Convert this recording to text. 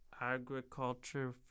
agriculture